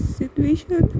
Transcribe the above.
situation